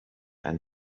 ein